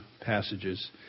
passages